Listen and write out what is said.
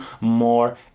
more